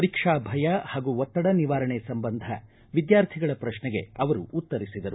ಪರೀಕ್ಷಾ ಭಯ ಹಾಗೂ ಒತ್ತಡ ನಿವಾರಣೆ ಸಂಬಂಧ ವಿದ್ವಾರ್ಥಿಗಳ ಪ್ರಶ್ನೆಗೆ ಅವರು ಉತ್ತರಿಸಿದರು